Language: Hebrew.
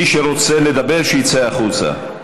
מי שרוצה לדבר, שיצא החוצה.